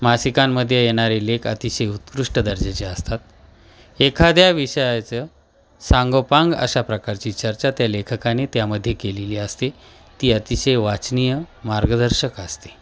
मासिकांमध्ये येणारे लेख अतिशय उत्कृष्ट दर्जाचे असतात एखाद्या विषयाचं सांगोपांग अशा प्रकारची चर्चा त्या लेखकाने त्यामध्ये केलेली असते ती अतिशय वाचनीय मार्गदर्शक असते